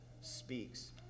speaks